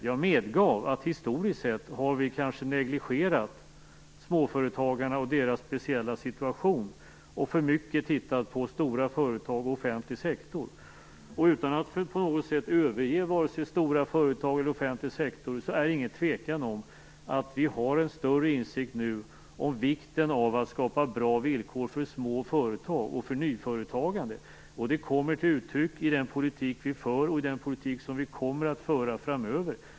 Jag medgav att vi historiskt sett kanske har negligerat småföretagarna och deras speciella situation och tittat för mycket på stora företag och offentlig sektor. Utan att på något sätt överge vare sig stora företag eller offentlig sektorn är det ingen tvekan om att vi har en större insikt nu om vikten av att skapa bra villkor för små företag och för nyföretagande. Det kommer till uttryck i den politik vi för och i den politik som vi kommer att föra framöver.